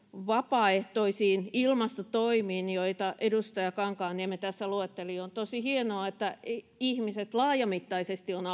vapaaehtoisiin ilmastotoimiin joita edustaja kankaanniemi tässä luetteli on tosi hienoa että ihmiset laajamittaisesti ovat